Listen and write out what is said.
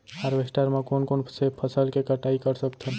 Harvester म कोन कोन से फसल के कटाई कर सकथन?